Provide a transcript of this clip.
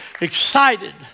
excited